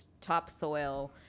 topsoil